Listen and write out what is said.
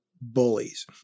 bullies